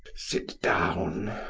sit down,